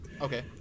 Okay